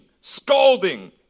scalding